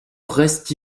reste